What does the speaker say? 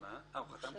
אושר פה אחד.